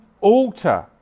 altar